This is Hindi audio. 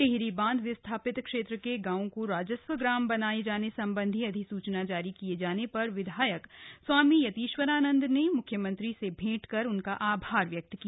टिहरी बांध विस्थापित क्षेत्र के गांवों को राजस्व ग्राम बनाये जाने सम्बन्धी अधिसूचना जारी किये जाने पर विधायक स्वामी यतीश्वरानन्द ने म्ख्यमंत्री से भेंट कर उनका आभार व्यक्त किया